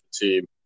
team